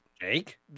Jake